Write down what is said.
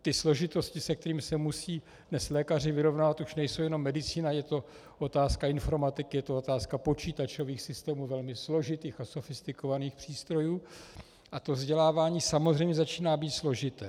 Ty složitosti, se kterými se musí dnes lékaři vyrovnávat už není jen medicína, je to otázka informatiky, je to otázka počítačových systémů, velmi složitých a sofistikovaných přístrojů a vzdělávání samozřejmě začíná být složité.